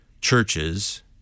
churches